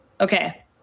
Okay